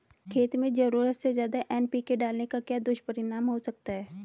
खेत में ज़रूरत से ज्यादा एन.पी.के डालने का क्या दुष्परिणाम हो सकता है?